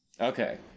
Okay